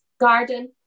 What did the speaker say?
Garden